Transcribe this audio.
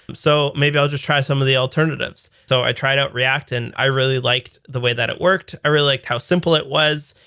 so maybe i'll just try some of the alternatives. so i tried our react and i really liked the way that it worked. i really liked how simple it was.